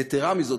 יתרה מזאת,